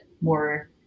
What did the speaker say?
more